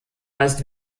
meist